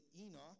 Enoch